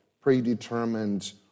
predetermined